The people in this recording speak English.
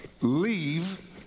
leave